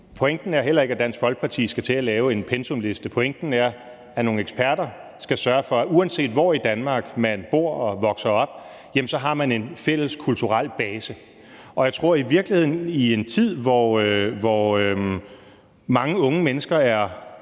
Pointen er heller ikke, at Dansk Folkeparti skal til at lave en pensumliste; pointen er, at nogle eksperter skal sørge for, at uanset hvor i Danmark, man bor og vokser op, så har man en fælles kulturel base. Jeg tror i virkeligheden, at det er godt i en tid, hvor mange unge mennesker er